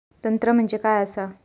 तंत्र म्हणजे काय असा?